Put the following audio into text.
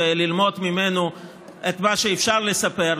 וללמוד ממנו את מה שאפשר לספר,